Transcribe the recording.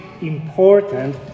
important